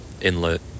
inlet